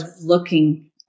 looking